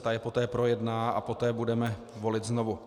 Ta je poté projedná a poté budeme volit znovu.